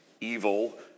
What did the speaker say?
evil